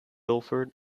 ilford